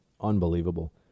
Unbelievable